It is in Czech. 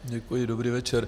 Děkuji, dobrý večer.